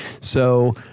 So-